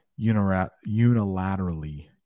unilaterally